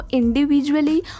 individually